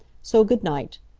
so good-night.